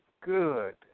good